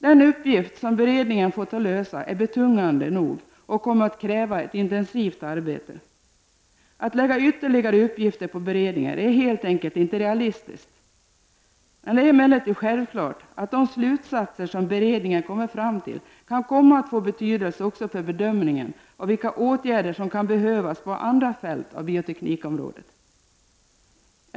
Den uppgift som beredningen fått att lösa är betungande nog och kommer att kräva ett intensivt arbete. Att lägga ytterligare uppgifter på beredningen är helt enkelt inte realistiskt. Det är emellertid självklart att de slutsatser som beredningen kommer fram till kan komma att få betydelse också för bedömningen av vilka åtgärder som kan behövas på andra fält inom bioteknikområdet.